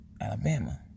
Alabama